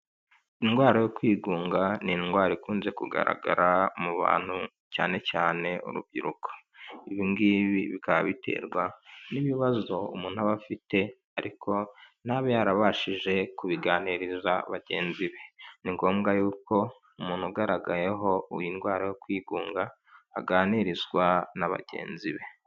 Indwara yo kwigunga ni indwara ikunze kugaragara mu bantu cyane cyane ,urubyiruko ibi ngibi bikaba biterwa n'ibibazo umuntu aba afite ariko ntabe yarabashije kubiganiriza bagenzi be. Ni ngombwa yuko umuntu ugaragayeho iyi ndwara yo kwigunga aganirizwa na bagenzi be